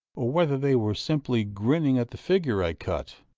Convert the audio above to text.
or whether they were simply grinning at the figure i cut.